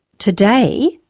today,